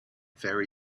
very